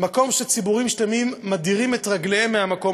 מקום שציבורים שלמים מדירים ממנו את רגליהם.